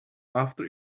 after